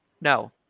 No